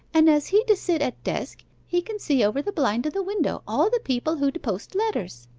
and as he d' sit at desk he can see over the blind of the window all the people who d' post letters.